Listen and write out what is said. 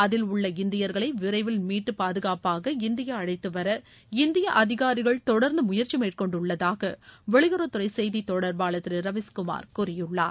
அதில் உள்ள இந்தியர்களை விரைவில் மீட்டு பாதுகாப்பாக இந்தியா அழைத்து வர இந்திய அதிகாரிகள் தொடர்ந்து முயற்சி மேற்கொண்டுள்ளதாக வெளியுறவுத்துறை செய்தித் தொடர்பாளர் திரு ரவீஸ்குமார் கூறியுள்ளார்